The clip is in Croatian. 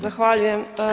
Zahvaljujem.